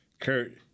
Kurt